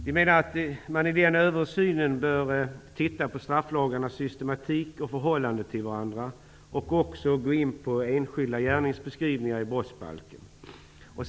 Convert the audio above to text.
Vi menar att man i en sådan översyn bör titta på strafflagarnas systematik och förhållande till varandra och också gå in på enskilda gärningsbeskrivningar i brottsbalken.